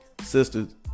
Sisters